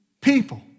people